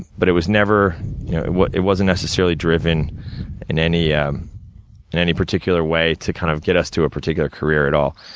but it was never it wasn't necessarily driven in any yeah in any particular way, to kind of get us to a particular career at all.